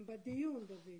הם בדיון, דוד.